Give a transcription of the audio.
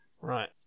Right